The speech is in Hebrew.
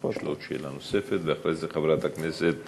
יש לו שאלה נוספת, ואחרי זה יש את חברת הכנסת